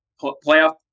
playoff